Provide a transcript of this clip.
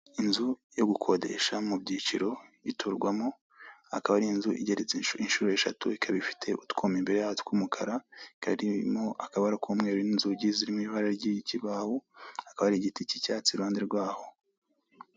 Inzu yo gukodesha mu byiciro iturwamo, akaba ari inzu igeretsa inshuro eshatu ikaba ifite utwuma imbere yaho tw'umukara, ikaba irimo akabara k'umweru n'inzugi ziri mu ibara ry'ikibaho, hakaba hari igiti k'icyatsi iruhande rwaho.